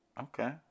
Okay